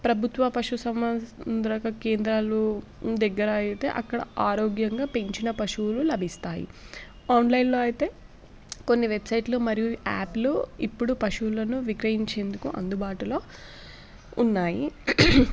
ప్రభుత్వ పశు సంవర్ధక కేంద్రాలు దగ్గర అయితే అక్కడ ఆరోగ్యంగా పెంచిన పశువులు లభిస్తాయి ఆన్లైన్లో అయితే కొన్ని వెబ్సైట్లు మరియు యాప్లు ఇప్పుడు పశువులను విక్రయించేందుకు అందుబాటులో ఉన్నాయి